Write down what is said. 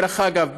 דרך אגב,